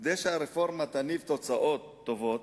כדי שהרפורמה תניב תוצאות טובות,